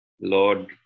Lord